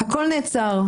הכול נעצר.